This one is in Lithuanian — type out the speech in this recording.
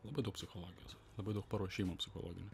labai daug psichologijos labai daug paruošimo psichologinio